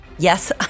Yes